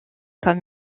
comme